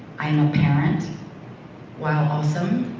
i'm a parent while awesome,